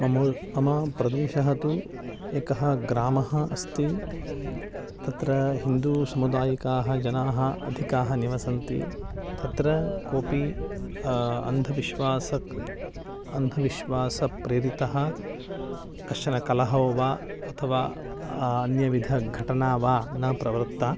मम मम प्रदेशः तु एकः ग्रामः अस्ति तत्र हिन्दुसमुदायिकाः जनाः अधिकाः निवसन्ति तत्र कोऽपि अन्धविश्वासः अन्धविश्वासप्रेरितः कश्चन कलहो वा अथवा अन्यविधघटना वा न प्रवृत्ता